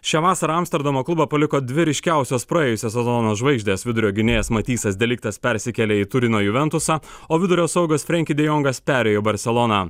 šią vasarą amsterdamo klubą paliko dvi ryškiausios praėjusio sezono žvaigždės vidurio gynėjas matisas deliktas persikėlė į turino juventusą o vidurio saugas frenki dejongas perėjo į barseloną